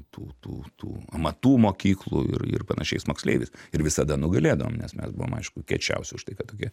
tų tų tų amatų mokyklų ir ir panašiais moksleiviais ir visada nugalėdavom nes mes buvom aišku kiečiausi už tai kad tokie